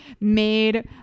made